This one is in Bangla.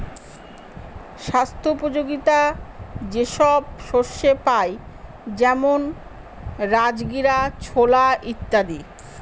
স্বাস্থ্যোপযোগীতা যে সব শস্যে পাই যেমন রাজগীরা, ছোলা ইত্যাদি